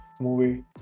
movie